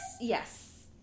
Yes